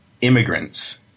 immigrants